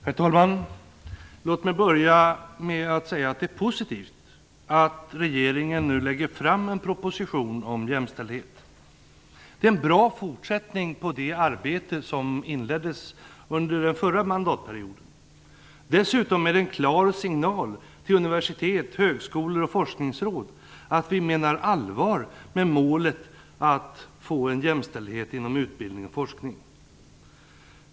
Herr talman! Låt mig börja med att säga att det är positivt att regeringen nu lägger fram en proposition om jämställdhet. Det är en bra fortsättning på det arbete som inleddes under den förra mandatperioden. Dessutom är det en klar signal till universitet, högskolor och forskningsråd att vi menar allvar med målet att få en jämställdhet inom utbildning och forskning.